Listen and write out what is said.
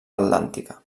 atlàntica